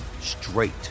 straight